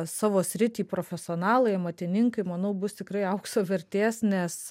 savo sritį profesionalai amatininkai manau bus tikrai aukso vertės nes